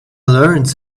learned